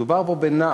מדובר פה בנער